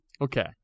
Okay